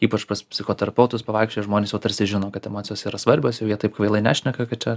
ypač pas psichoterapeutus pavaikščioję žmonės va tarsi žino kad emocijos yra svarbios ir jie taip kvailai nešneka kad čia